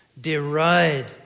deride